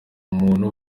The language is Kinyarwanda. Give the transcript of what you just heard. umuntu